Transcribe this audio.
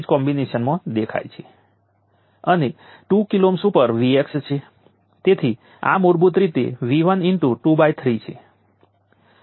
તેથી દેખીતી રીતે આપણે આ ફંક્શનને 0 થી t1 ની યોગ્ય મર્યાદા ઉપર V2પોતે જ મેળવીએ છીએ